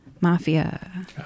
Mafia